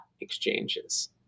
exchanges